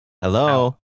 Hello